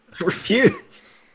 Refuse